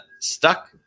stuck